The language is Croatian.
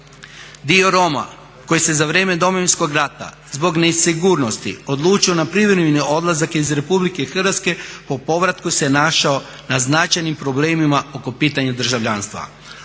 Dio Roma koji se za vrijeme Domovinskog rata zbog nesigurnosti odlučio na privremeni odlazak iz Republike Hrvatske, po povratku se našao na značajnim problemima oko pitanja državljanstva,